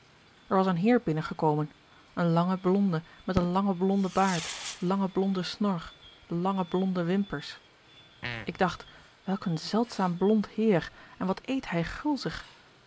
er was een heer binnengekomen een lange blonde met een langen blonden baard lange blonde snor lange blonde wimpers ik dacht welk een zeldzaam blond heer en wat eet hij gulzig